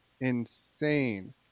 insane